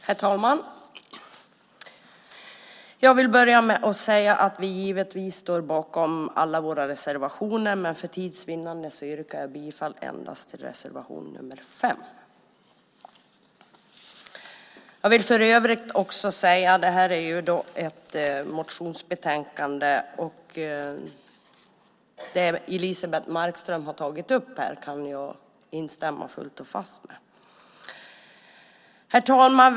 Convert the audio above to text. Herr talman! Jag börjar med att säga att vi givetvis står bakom alla våra reservationer, men för tids vinnande yrkar jag bifall endast till reservation nr 5. Detta är ett motionsbetänkande, och det Elisebeht Markström har tagit upp här kan jag instämma fullt och fast med. Herr talman!